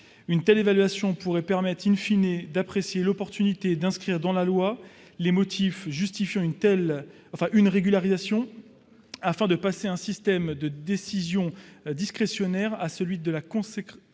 Une telle évaluation pourrait permettre d'apprécier l'opportunité d'inscrire dans la loi les motifs justifiant une régularisation, afin de passer d'un système de décision discrétionnaire à la consécration